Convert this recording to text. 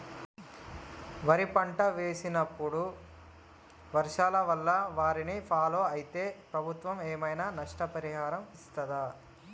వరి పంట వేసినప్పుడు వర్షాల వల్ల వారిని ఫాలో అయితే ప్రభుత్వం ఏమైనా నష్టపరిహారం ఇస్తదా?